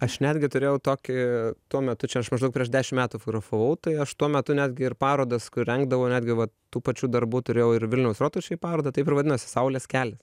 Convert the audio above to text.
aš netgi turėjau tokį tuo metu čia aš maždaug prieš dešim metų fotografavau tai aš tuo metu netgi ir parodas rengdavau netgi va tų pačių darbų turėjau ir vilniaus rotušėj parodą taip ir vadinosi saulės kelias